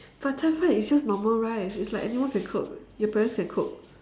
but cai-fan is just normal rice it's like anyone can cook your parents can cook